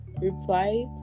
reply